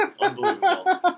Unbelievable